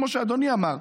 כמו שאדוני אמר,